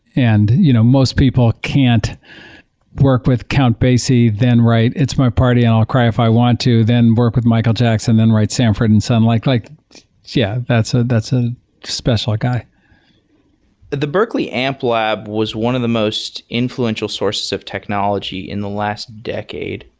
and you know most people can't work with count basie then write, it's my party and i'll cry if i want to, then work with michael jackson then write sanford and son. like like yeah, that's ah that's a special guy the berkeley amplab was one of the most influential sources of technology in the last decade.